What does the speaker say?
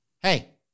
Hey